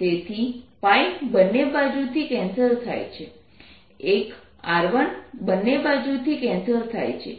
તેથી π બંને બાજુથી કેન્સલ થાય છે એક r1 બંને બાજુ થી કેન્સલ થાય છે